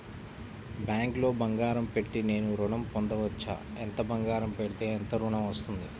బ్యాంక్లో బంగారం పెట్టి నేను ఋణం పొందవచ్చా? ఎంత బంగారం పెడితే ఎంత ఋణం వస్తుంది?